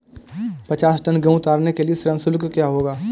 पचास टन गेहूँ उतारने के लिए श्रम शुल्क क्या होगा?